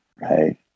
right